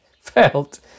felt